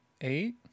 Eight